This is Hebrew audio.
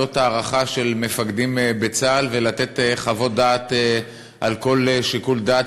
לוועדות הערכה של מפקדים בצה"ל ולתת חוות דעת על כל שיקול דעת,